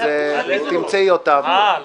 אז תמצאי אותם.